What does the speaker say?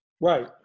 Right